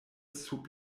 sub